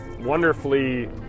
wonderfully